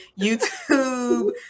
YouTube